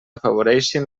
afavoreixin